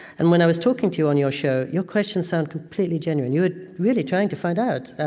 and when i was talking to you on your show, your questions sound completely genuine. you are really trying to find out.